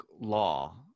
law